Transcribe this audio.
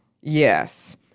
Yes